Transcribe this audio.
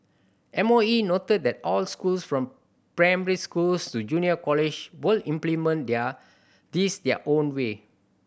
M O E noted that all schools from primary schools to junior college will implement their this their own way